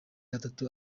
atatu